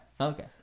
Okay